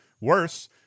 Worse